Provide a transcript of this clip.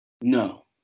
No